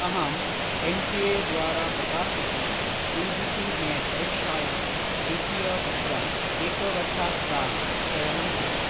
अहं N T A द्वारा प्रकाशितं यू जि सि नेट् परिक्षायां द्वितीयपत्रं एकवर्षात् प्राक् क्रयणं कृतवान्